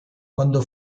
quando